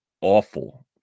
awful